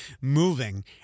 moving